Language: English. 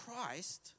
Christ